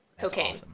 Cocaine